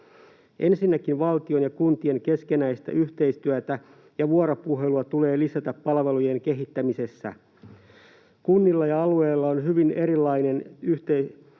Ensinnäkin valtion ja kuntien keskinäistä yhteistyötä ja vuoropuhelua tulee lisätä palvelujen kehittämisessä. Kunnilla ja alueilla on hyvin erilainen yhteistyöhistoria,